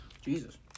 Jesus